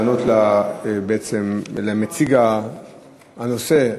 לענות למציג הנושא,